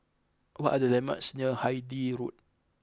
what are the landmarks near Hythe Road